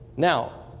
now,